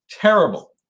Terrible